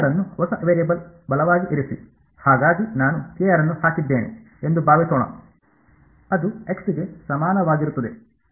ಅನ್ನು ಹೊಸ ವೇರಿಯಬಲ್ ಬಲವಾಗಿ ಇರಿಸಿ ಹಾಗಾಗಿ ನಾನು ಅನ್ನು ಹಾಕಿದ್ದೇನೆ ಎಂದು ಭಾವಿಸೋಣ ಅದು x ಗೆ ಸಮಾನವಾಗಿರುತ್ತದೆ